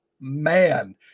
man